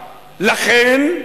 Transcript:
לכן,